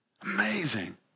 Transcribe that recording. Amazing